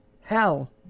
hell